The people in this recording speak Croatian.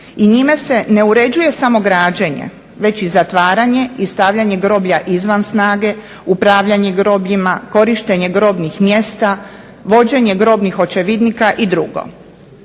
i njime se ne uređuje samo građenje već i zatvaranje i stavljanje groblja izvan snage, upravljanje grobljima, korištenje grobnih mjesta, vođenje grobnih očevidnika i dr.